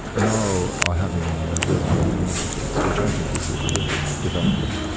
now are having resident philosophers, which i think is a terrific development.